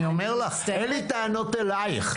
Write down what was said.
אין לי טענות אלייך.